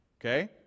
Okay